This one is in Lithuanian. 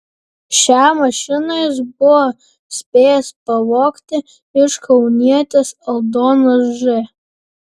šią mašiną jis buvo spėjęs pavogti iš kaunietės aldonos ž